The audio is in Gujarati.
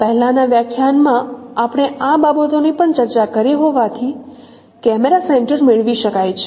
પહેલાનાં વ્યાખ્યાનમાં આપણે આ બાબતોની પણ ચર્ચા કરી હોવાથી કેમેરા સેન્ટર મેળવી શકાય છે